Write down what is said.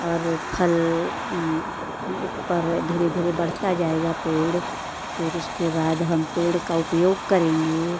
और फल पर धीरे धीरे बढ़ता जाएगा पेड़ फिर उसके बाद हम पेड़ का उपयोग करेंगे